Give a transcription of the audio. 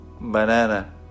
banana